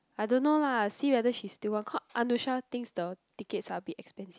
I don't know lah see whether she still want cause Anusha thinks the tickets are a bit expensive